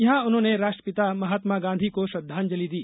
यहां उन्होंने राष्ट्रपिता महात्मो गांधी को श्रद्धांजलि दी